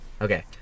Okay